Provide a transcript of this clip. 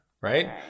Right